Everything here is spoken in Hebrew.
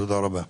תודה רבה.